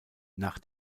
nach